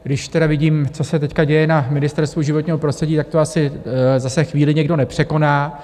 Když tedy vidím, co se teď děje na Ministerstvu životního prostředí, tak to asi zase chvíli někdo nepřekoná.